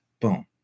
boom